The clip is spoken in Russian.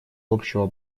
общего